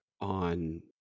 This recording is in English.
on